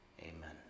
Amen